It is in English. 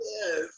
Yes